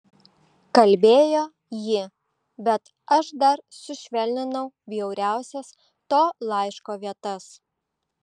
kalbėjo ji bet aš dar sušvelninau bjauriausias to laiško vietas